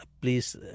Please